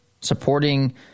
supporting